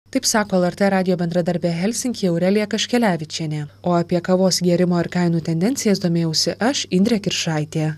taip sako lrt radijo bendradarbė helsinkyje aurelija kaškelevičienė o apie kavos gėrimo ir kainų tendencijas domėjausi aš indrė kiršaitė